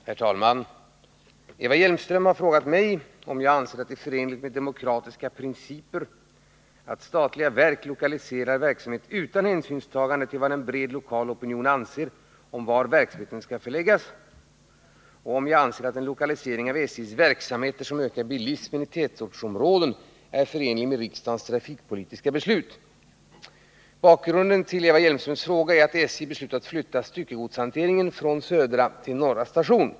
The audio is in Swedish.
Herr talman! Eva Hjelmström har frågat mig om jag anser att det är förenligt med demokratiska principer att statliga verk lokaliserar verksamhet utan hänsynstagande till vad en bred lokal opinion anser om var verksamheten skall förläggas och om jag anser att en lokalisering av SJ:s verksamheter som ökar bilismen i tätortsområden är förenlig med riksdagens trafikpolitiska beslut. Bakgrunden till Eva Hjelmströms fråga är att SJ beslutat flytta styckegodshanteringen från Södra till Norra station.